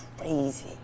crazy